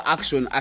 Action